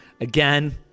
Again